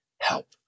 help